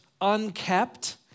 unkept